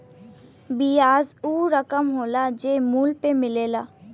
बियाज ऊ रकम होला जे मूल पे मिलेला